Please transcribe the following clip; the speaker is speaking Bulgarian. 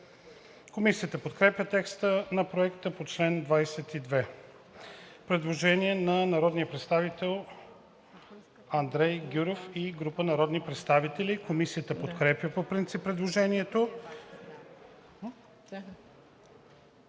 Комисията подкрепя текста на Проекта за чл. 22. Предложение на народния представител Андрей Гюров и група народни представители. Комисията подкрепя по принцип предложението.